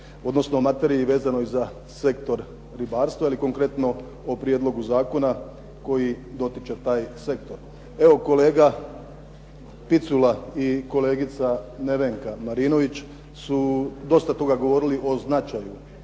odnosno materiji vezanoj za sektor ribarstva ili konkretno o prijedlogu zakona koji dotiče taj sektor. Evo kolega Picula i kolegica Nevenka Marinović su dosta toga govorili o značaju